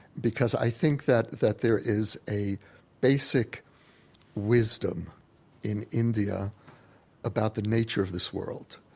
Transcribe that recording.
because i think that that there is a basic wisdom in india about the nature of this world.